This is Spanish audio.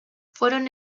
fueron